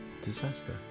Disaster